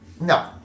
no